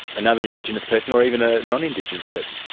another indigenous person or even a non-indigenous person?